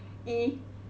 !ee!